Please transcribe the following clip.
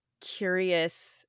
curious